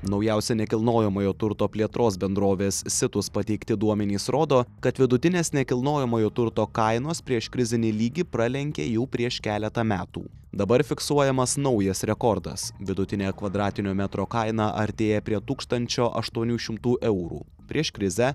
naujausia nekilnojamojo turto plėtros bendrovės situs pateikti duomenys rodo kad vidutinės nekilnojamojo turto kainos prieškrizinį lygį pralenkė jau prieš keletą metų dabar fiksuojamas naujas rekordas vidutinė kvadratinio metro kaina artėja prie tūkstančio aštuonių šimtų eurų prieš krizę